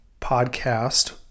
podcast